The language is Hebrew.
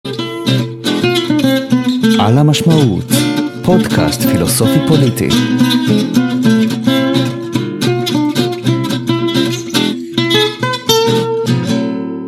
על המשמעות פודקאסט פילוסופי פוליטי.